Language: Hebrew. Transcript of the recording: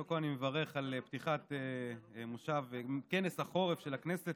קודם כול אני מברך על פתיחת כנס החורף של הכנסת,